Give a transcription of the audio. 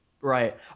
Right